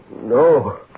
no